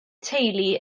teulu